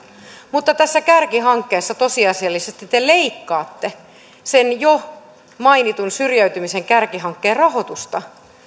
mutta tässä kärkihankkeessa tosiasiallisesti te leikkaatte sen jo mainitun syrjäytymisen kärkihankkeen rahoitusta